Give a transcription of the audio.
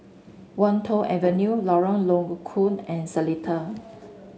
Wan Tho Avenue Lorong Low Koon and Seletar